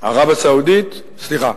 ערב-הסעודית, סליחה,